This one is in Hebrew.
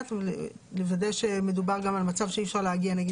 יודעת ולוודא שמדובר במצב אי אפשר להגיע למשל